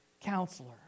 counselor